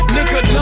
Nigga